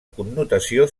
connotació